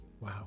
wow